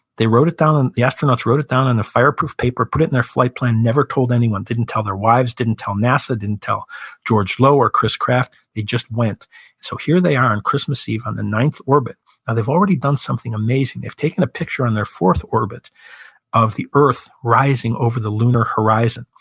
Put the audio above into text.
they wrote it down, and the astronauts wrote it down on the fire-proof paper, put it in their flight plan, never told anyone didn't tell their wives, didn't tell nasa, didn't tell george low or chris kraft, they just went. and so here they are, on christmas eve, on the ninth orbit, and they've already done something amazing. they've taken a picture on their fourth orbit of the earth rising over the lunar horizon.